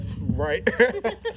Right